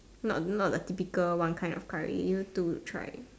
not not the typical one kind of curry give you two to try